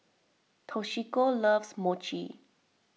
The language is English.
Toshiko loves Mochi